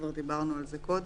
כבר דיברנו על זה קודם.